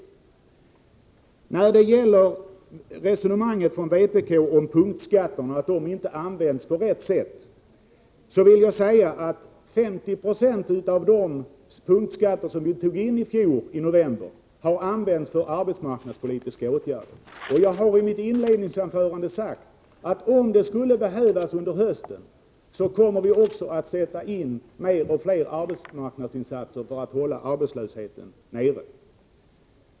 När det gäller vpk:s resonemang om att punktskatterna inte används på rätt sätt vill jag säga att 50 96 av de punktskatter som vi fattade beslut om i november i fjol har använts för arbetsmarknadspolitiska åtgärder. I mitt inledningsanförande sade jag att om det skulle behövas under hösten kommer vi att sätta in fler och fler arbetsmarknadsinsatser för att hålla arbetslösheten nere.